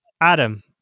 Adam